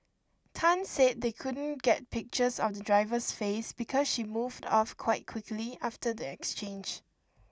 Tan said they couldn't get pictures of the driver's face because she moved off quite quickly after the exchange